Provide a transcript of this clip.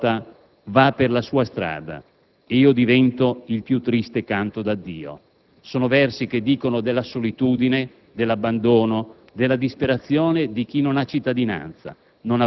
di Nadia Anjuman, tratti dalla poesia «Il canto più triste»: «Sono ancora io che mi riempio di ricordi. Anche la notte, un po' alla volta,